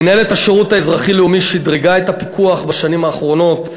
מינהלת השירות האזרחי-לאומי שדרגה את הפיקוח בשנים האחרונות,